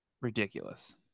ridiculous